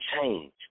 change